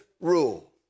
rule